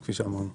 כפי שאמרנו.